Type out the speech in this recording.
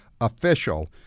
official